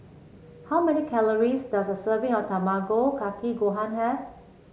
how many calories does a serving of Tamago Kake Gohan have